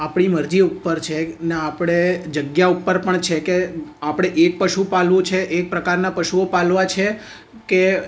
આપણી મરજી ઉપર છે ને આપણે જગ્યા ઉપર પણ છે કે આપણે એક પશુ પાળવું છે એક પ્રકારના પશુઓ પાળવા છે કે